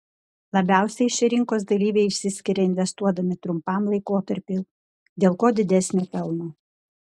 labiausiai šie rinkos dalyviai išsiskiria investuodami trumpam laikotarpiui dėl kuo didesnio pelno